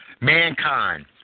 mankind